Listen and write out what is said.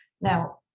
Now